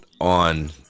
on